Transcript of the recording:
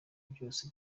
byose